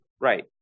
Right